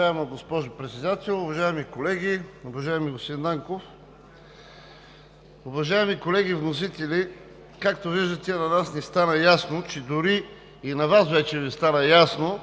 Уважаема госпожо Председател, уважаеми колеги, уважаеми господин Нанков! Уважаеми колеги вносители, както виждате, на нас ни стана ясно, дори и на Вас вече Ви стана ясно